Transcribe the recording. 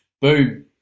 Boom